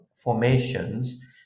formations